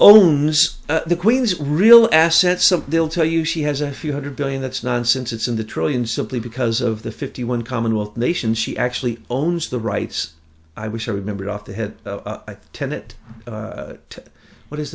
own the queen's real assets of they'll tell you she has a few hundred billion that's nonsense it's in the trillions simply because of the fifty one commonwealth nations she actually owns the rights i wish i remembered off the head of tenet it what is